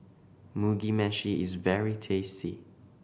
Mugi Meshi is very tasty